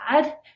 bad